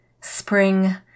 spring